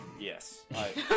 Yes